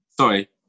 Sorry